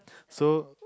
so